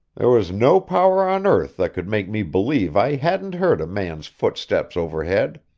there was no power on earth that could make me believe i hadn't heard a man's footsteps overhead.